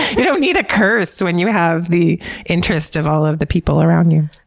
you don't need a curse when you have the interest of all of the people around you.